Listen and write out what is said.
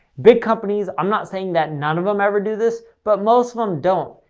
big companies, i'm not saying that none of them ever do this, but most of them don't.